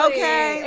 Okay